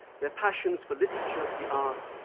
their passions for literature, the arts,